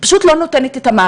היא פשוט לא נותנת מענה,